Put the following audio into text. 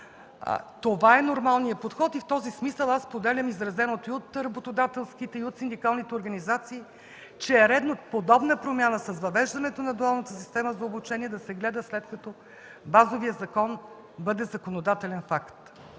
Това е нормалният подход и в този смисъл аз споделям изразеното и от работодателските, и от синдикалните организации, че е редно подобна промяна, с въвеждането на дуалната система за обучение, да се гледа, след като базовият закон бъде законодателен факт.